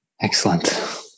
excellent